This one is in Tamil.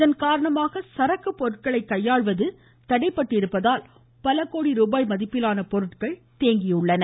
இதன்காரணமாக சரக்கு பொருட்களை கையாள்வது தடைபட்டிருப்பதால் பல கோடி ரூபாய் மதிப்பிலான பொருட்கள் தேங்கியுள்ளன